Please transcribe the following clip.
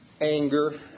anger